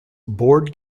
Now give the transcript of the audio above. board